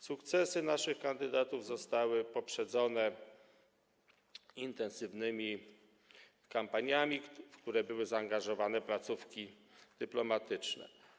Sukcesy naszych kandydatów zostały poprzedzone intensywnymi kampaniami, w które były zaangażowane placówki dyplomatyczne.